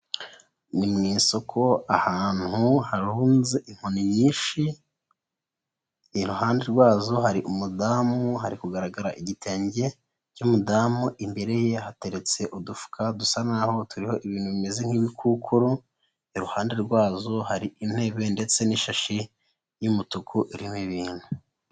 Ni mu isoko ahantu harunze inkoni nyinshi, iruhande rwazo hari umudamu, hari kugaragara igitenge cy'umudamu, imbere ye hateretse udufuka dusa naho turiho ibintu bimeze nk'ibikukuru, iruhande rwazo hari intebe ndetse n'ishashi y'umutuku iriho ibintu.